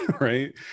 Right